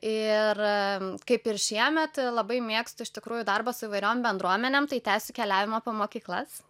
ir kaip ir šiemet labai mėgstu iš tikrųjų darbą su įvairiom bendruomenėm tai tęsiu keliavimą po mokyklas